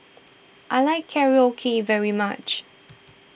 I like Korokke very much